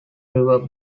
river